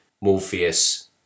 Morpheus